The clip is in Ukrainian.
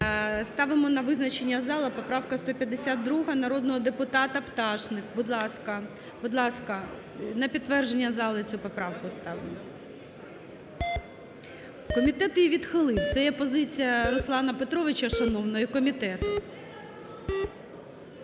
Ставимо на визначення зали поправка 152 народного депутата Пташник. Будь ласка, на підтвердження зали цю поправку ставимо. Комітет її відхилив – це є позиція Руслана Петровича шановного і комітету.